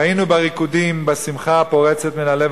ראינו בריקודים ובשמחה הפורצת מן הלב